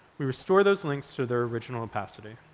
we restore those links to their original opacity.